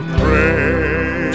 pray